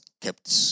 kept